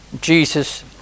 Jesus